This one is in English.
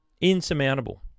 Insurmountable